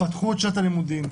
פתחו את שנת הלימודים,